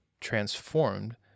transformed